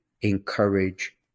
encourage